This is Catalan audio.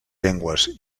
llengües